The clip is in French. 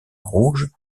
rouge